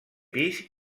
pis